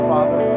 Father